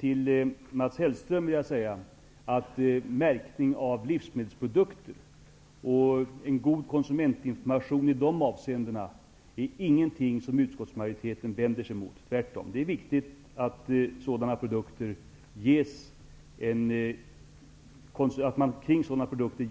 Till Mats Hellström vill jag säga att märkning av livsmedelsprodukter och en god konsumentinformation i det avseendet inte är någonting som utskottsmajoriteten vänder sig emot -- tvärtom. Det är viktigt att man